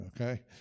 okay